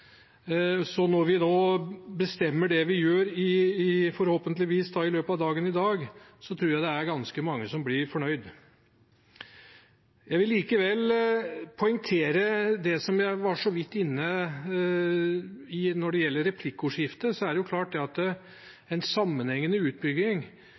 Så når vi nå bestemmer det vi gjør, forhåpentligvis i løpet av dagen i dag, tror jeg det er ganske mange som blir fornøyd. Jeg vil likevel poengtere det som jeg så vidt var inne på i replikkordskiftet: En sammenhengende utbygging, og gjerne da med å bruke de nye veinormalene, i forhold til ÅDT, det